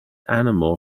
animal